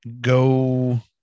go